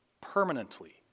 permanently